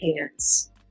hands